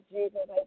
Jesus